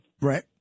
Right